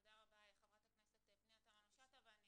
תודה רבה, חברת הכנסת פנינה תמנו-שטה, ואני